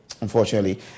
unfortunately